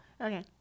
Okay